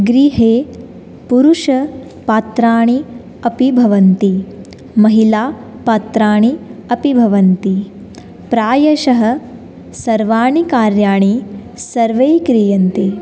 गृहे पुरुषपात्राणि अपि भवन्ति महिलापात्राणि अपि भवन्ति प्रायशः सर्वाणि कार्याणि सर्वैः क्रियन्ते